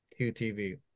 QTV